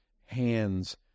hands